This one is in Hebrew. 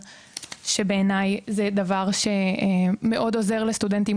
שבעיניי זה דבר שמאוד עוזר לסטודנטים,